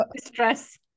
stress